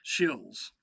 shills